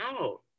out